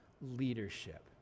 leadership